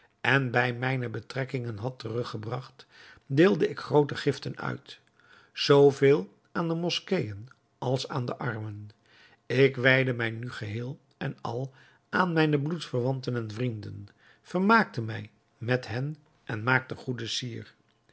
en bij mijne betrekkingen had terug gebragt deelde ik groote giften uit zooveel aan de moskeeën als aan de armen ik wijdde mij nu geheel en al aan mijne bloedverwanten en vrienden vermaakte mij met hen en maakte goede sier